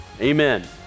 amen